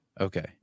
Okay